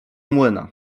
młyna